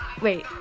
Wait